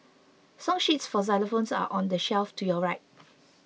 song sheets for xylophones are on the shelf to your right